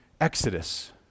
Exodus